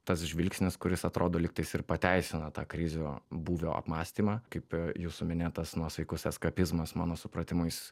tas žvilgsnis kuris atrodo lygtais ir pateisina tą krizių būvio apmąstymą kaip jūsų minėtas nuosaikus eskapizmas mano supratimu jis